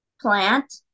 plant